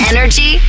Energy